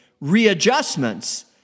readjustments